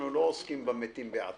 אנחנו לא עוסקים במתים בעתיד.